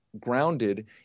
grounded